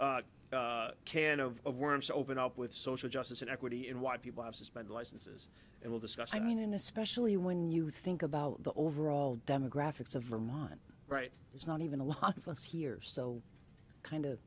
can of worms opened up with social justice and equity in what people have to spend licenses and will discuss i mean especially when you think about the overall demographics of vermont right it's not even a lot of us here so kind of